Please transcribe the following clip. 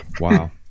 Wow